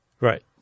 Right